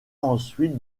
ensuite